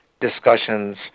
discussions